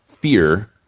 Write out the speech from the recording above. fear